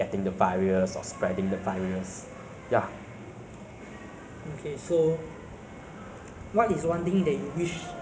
was free maybe laptops because I know laptops is way too expensive lah if you go to the markets is like at least